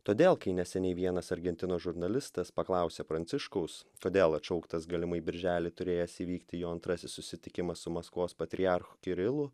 todėl kai neseniai vienas argentinos žurnalistas paklausė pranciškaus todėl atšauktas galimai birželį turėjęs įvykti jo antrasis susitikimas su maskvos patriarchu kirilu